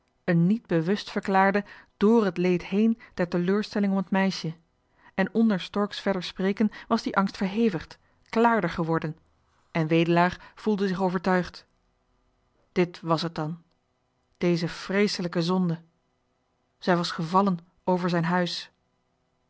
een niet bewustverklaarden dr het leed heen der teleurstelling om het meisje en onder stork's verdere spreken was die angst verhevigd klaarder geworden en wedelaar voelde zich overtuigd dit was het dan deze vreeselijke zonde zij was gevallen over zijn huis